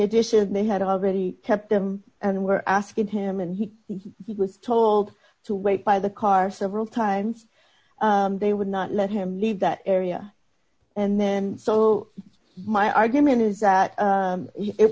addition they had already kept them and were asking him and he was told to wait by the car several times they would not let him leave that area and then so my argument is that